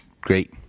great